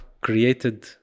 created